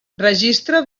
registre